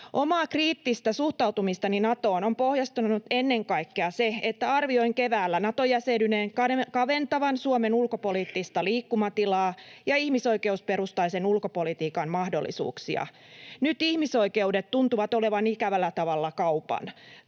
Omaa kriittistä suhtautumistani Natoon on pohjustanut ennen kaikkea se, että arvioin keväällä Nato-jäsenyyden kaventavan Suomen ulkopoliittista liikkumatilaa ja ihmisoikeusperustaisen ulkopolitiikan mahdollisuuksia. Nyt ihmisoikeudet tuntuvat olevan ikävällä tavalla kaupan.